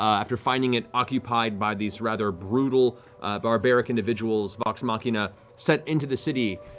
after finding it occupied by these rather brutal barbaric individuals, vox machina set into the city,